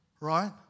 right